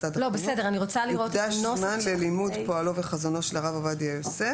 יוקדש זמן ללימוד פועלו וחזונו של הרב עובדיה יוסף.